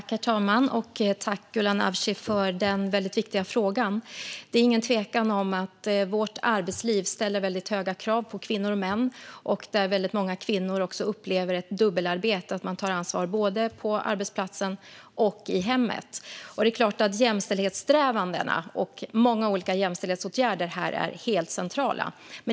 Herr talman! Jag tackar Gulan Avci för denna väldigt viktiga fråga. Det råder inget tvivel om att vårt arbetsliv ställer väldigt höga krav på kvinnor och män. Väldigt många kvinnor upplever ett dubbelarbete - de tar ansvar både på arbetsplatsen och i hemmet. Det är klart att jämställdhetssträvandena och många olika jämställdhetsåtgärder här är helt centrala.